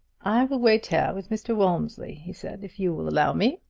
i will wait here with mr. walmsley, he said, if you will allow me.